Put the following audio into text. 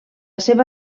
seva